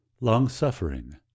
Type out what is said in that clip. long-suffering